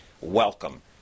Welcome